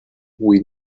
with